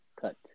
cut